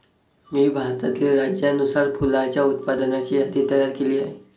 मी भारतातील राज्यानुसार फुलांच्या उत्पादनाची यादी तयार केली आहे